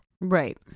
Right